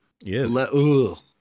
Yes